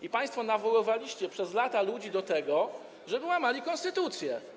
I państwo nawoływaliście przez lata ludzi do tego, żeby łamali konstytucję.